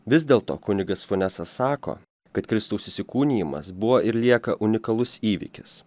vis dėlto kunigas funesas sako kad kristaus įsikūnijimas buvo ir lieka unikalus įvykis